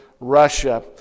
russia